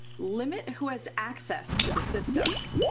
limit who has access to the systems.